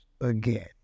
Again